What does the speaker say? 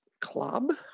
club